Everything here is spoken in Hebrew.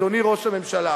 אדוני ראש הממשלה?